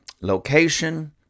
location